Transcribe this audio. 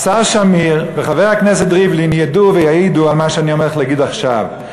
השר שמיר וחבר הכנסת ריבלין ידעו ויעידו על מה שאני הולך להגיד עכשיו.